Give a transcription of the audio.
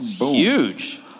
huge